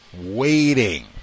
Waiting